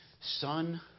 Son